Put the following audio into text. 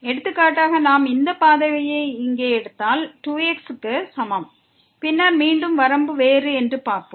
எடுத்துக்காட்டாக நாம் இந்த பாதையை இங்கே எடுத்தால் 2 x க்கு சமம் பின்னர் மீண்டும் வரம்பு வேறு என்று பார்ப்போம்